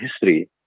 history